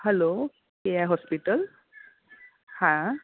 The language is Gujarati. હલો કેયા હોસ્પિટલ હા